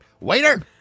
Waiter